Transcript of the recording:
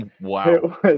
Wow